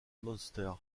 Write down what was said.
munster